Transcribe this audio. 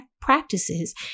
practices